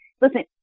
listen